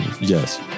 yes